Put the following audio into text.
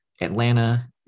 Atlanta